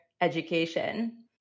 education